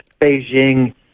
Beijing